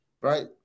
right